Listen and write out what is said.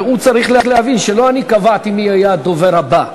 הרי הוא צריך להבין שלא אני קבעתי מי יהיה הדובר הבא.